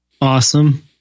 awesome